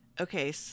Okay